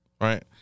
right